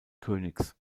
königs